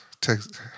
Texas